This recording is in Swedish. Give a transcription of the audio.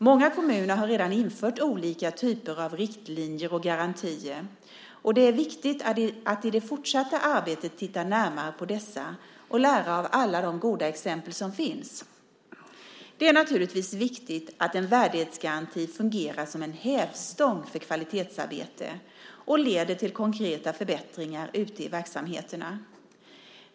Många kommuner har redan infört olika typer av riktlinjer och garantier och det är viktigt att i det fortsatta arbetet titta närmare på dessa och lära av alla de goda exempel som finns. Det är naturligtvis viktigt att en värdighetsgaranti fungerar som en hävstång för kvalitetsarbete och leder till konkreta förbättringar ute i verksamheterna.